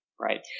right